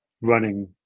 running